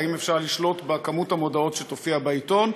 האם אפשר לשלוט בכמות המודעות שתופיע בעיתון,